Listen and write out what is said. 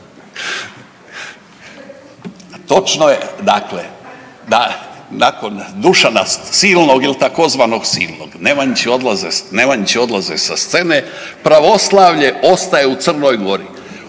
Točno je dakle, da nakon Dušana Silnog ili tzv. Silnog Nemanjići odlaze sa scene, pravoslavlje ostaje u Crnog Gori.